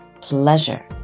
pleasure